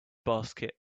basket